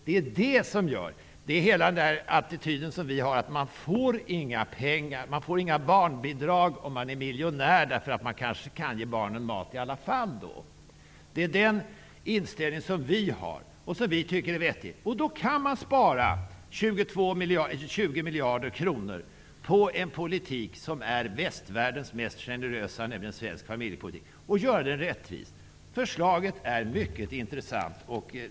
Det är den attityd som vi har. Den som är miljonär får inga pengar, inget barnbidrag, därför att han kanske kan ge barnen mat i alla fall. Det är den inställning som vi har och som vi tycker är vettig. Då kan man spara 20 miljarder kronor, på en politik som är västvärldens mest generösa, nämligen svensk familjepolitik, och göra det rättvist. Förslaget är mycket intressant.